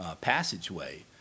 passageway